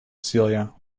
celia